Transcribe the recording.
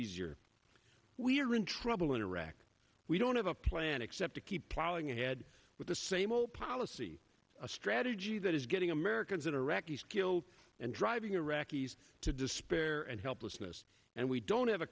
easier we're in trouble in iraq we don't have a plan except to keep plowing ahead with the same old policy a strategy that is getting americans and iraqis killed and driving iraqis to despair and helplessness and we don't have a